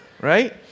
right